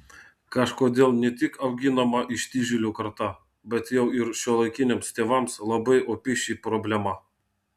kažkodėl ne tik auginama ištižėlių karta bet jau ir šiuolaikiniams tėvams labai opi ši problema